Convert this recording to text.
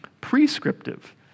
prescriptive